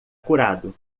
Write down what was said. curado